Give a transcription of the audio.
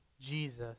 Jesus